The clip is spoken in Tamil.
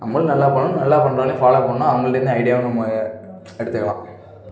நம்மளும் நல்லா பண்ணணும் நல்லா பண்ணுறவனையும் ஃபாலோ பண்ணும் அவங்கள்ட்டேருந்து ஐடியாவை நம்ம எடுத்துக்கலாம்